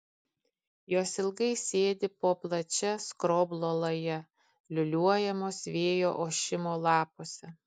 jos ilgai sėdi po plačia skroblo laja liūliuojamos vėjo ošimo lapuose